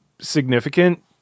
significant